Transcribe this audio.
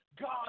God